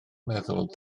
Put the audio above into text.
meddwl